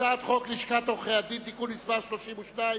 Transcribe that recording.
חוק לשכת עורכי-הדין (תיקון מס' 32)